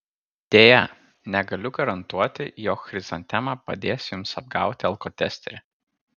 deja negaliu garantuoti jog chrizantema padės jums apgauti alkotesterį